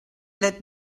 let